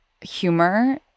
humor